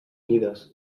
mides